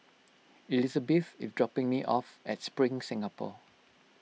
Elisabeth is dropping me off at Spring Singapore